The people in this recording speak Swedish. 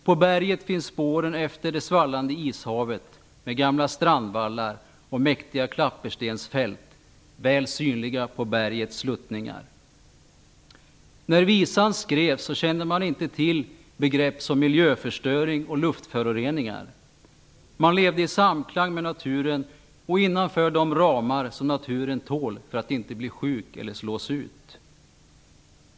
På berget finns spåren efter det svallande ishavet med gamla strandvallar och mäktiga klapperstensfält väl synliga på bergets sluttningar. När visan skrevs, så kände man inte till begrepp som miljöförstöring och lutföroreningar. Man levde i samklang med naturen och innanför de ramar som naturen tål för att inte bli sjuk eller slås ut.